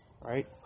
right